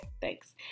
thanks